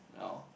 no